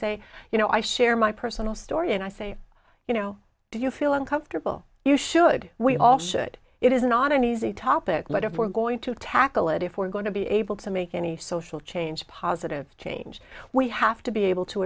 say you know i share my personal story and i say you know do you feel uncomfortable you should we all should it is not an easy topic but if we're going to tackle it if we're going to be able to make any social change positive change we have to be able to